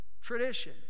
tradition